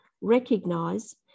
recognize